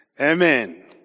Amen